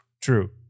True